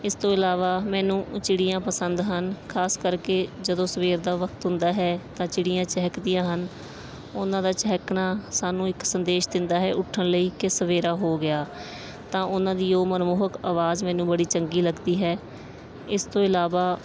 ਇਸ ਤੋਂ ਇਲਾਵਾ ਮੈਨੂੰ ਚਿੜੀਆਂ ਪਸੰਦ ਹਨ ਖ਼ਾਸ ਕਰਕੇ ਜਦੋਂ ਸਵੇਰ ਦਾ ਵਕਤ ਹੁੰਦਾ ਹੈ ਤਾਂ ਚਿੜੀਆਂ ਚਹਿਕਦੀਆਂ ਹਨ ਉਹਨਾਂ ਦਾ ਚਹਿਕਣਾ ਸਾਨੂੰ ਇੱਕ ਸੰਦੇਸ਼ ਦਿੰਦਾ ਹੈ ਉੱਠਣ ਲਈ ਕਿ ਸਵੇਰਾ ਹੋ ਗਿਆ ਤਾਂ ਉਹਨਾਂ ਦੀ ਉਹ ਮਨਮੋਹਕ ਆਵਾਜ਼ ਮੈਨੂੰ ਬੜੀ ਚੰਗੀ ਲੱਗਦੀ ਹੈ ਇਸ ਤੋਂ ਇਲਾਵਾ